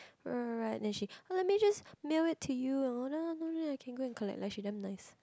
write write write then she oh let me just mail it to you and all you can go and collect like she damn nice